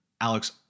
Alex